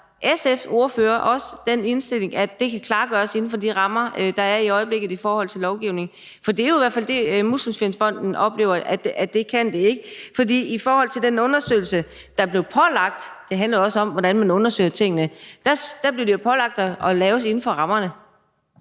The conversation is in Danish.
SF's ordfører også deler den indstilling, at det kan klargøres inden for de rammer, der er i øjeblikket, i forhold til lovgivningen? Det er i hvert fald det, Muskelsvindfonden oplever, nemlig at det kan det ikke, for i forhold til den undersøgelse – det handler også om, hvordan man undersøger tingene – blev det jo pålagt at lave det inden for rammerne.